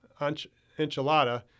enchilada